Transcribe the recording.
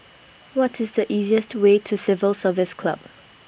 What IS The easiest Way to Civil Service Club